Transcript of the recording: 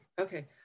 okay